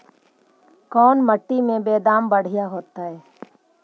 कोन मट्टी में बेदाम बढ़िया होतै?